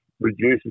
reduces